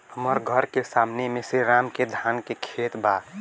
हमर घर के सामने में श्री राम के धान के खेत बा